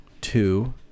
Two